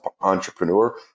entrepreneur